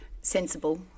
sensible